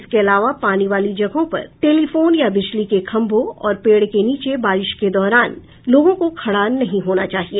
इसके अलावा पानी वाली जगहों पर टेलिफोन या बिजली के खंभों और पेड़ के नीचे बारिश के दौरान लोगों को खड़ा नहीं होना चाहिए